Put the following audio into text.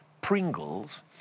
Pringles